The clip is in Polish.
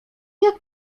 jak